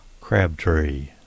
Crabtree